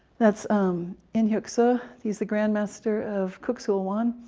that's in hyuk suh he's the grandmaster of kuk sool won.